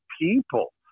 people